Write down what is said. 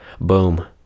boom